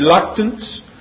reluctance